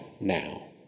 now